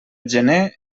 gener